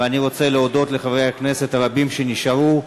ואני רוצה להודות לחברי הכנסת הרבים שנשארו.